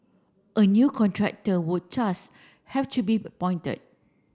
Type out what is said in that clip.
a new contractor would thus have to be appointed